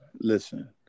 Listen